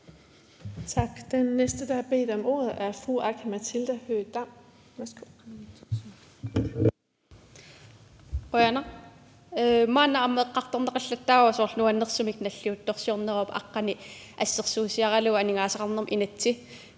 Tak. Den næste, der har bedt om ordet, er fru Aki-Matilda Høegh-Dam. Værsgo.